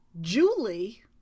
Julie